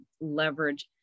leverage